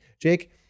Jake